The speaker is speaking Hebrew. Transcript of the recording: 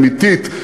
היא אמיתית.